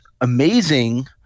amazing